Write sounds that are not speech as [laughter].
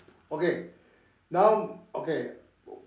okay now okay [unintelligible]